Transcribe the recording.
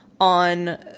on